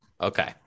Okay